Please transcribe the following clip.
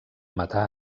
matar